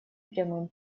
прямым